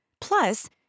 Plus